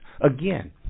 Again